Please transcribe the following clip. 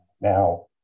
Now